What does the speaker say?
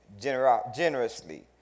generously